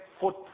foot